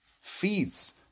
feeds